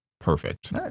perfect